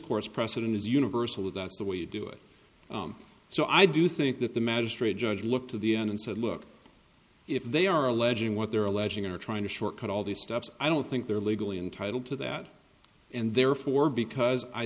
course precedent is universal that's the way to do it so i do think that the magistrate judge look to the end and said look if they are alleging what they're alleging are trying to shortcut all these steps i don't think they're legally entitled to that and therefore because i